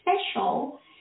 special